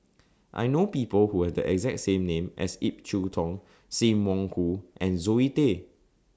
I know People Who Have The exact name as Ip Yiu Tung SIM Wong Hoo and Zoe Tay